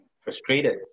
frustrated